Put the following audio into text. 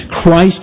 Christ